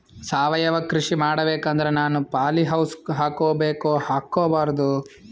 ಸಾವಯವ ಕೃಷಿ ಮಾಡಬೇಕು ಅಂದ್ರ ನಾನು ಪಾಲಿಹೌಸ್ ಹಾಕೋಬೇಕೊ ಹಾಕ್ಕೋಬಾರ್ದು?